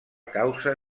causa